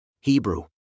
hebrew